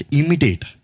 imitate